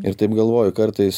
ir taip galvoju kartais